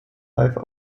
live